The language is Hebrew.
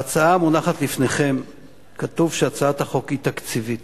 בהצעה המונחת לפניכם כתוב שהצעת החוק היא תקציבית.